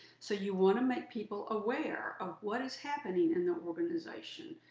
so you want to make people aware of what is happening in the organization.